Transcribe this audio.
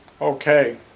Okay